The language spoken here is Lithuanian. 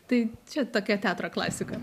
tai čia tokia teatro klasika